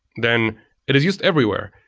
then it is used everywhere.